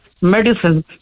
medicine